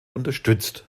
unterstützt